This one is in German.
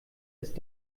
ist